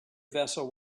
vessel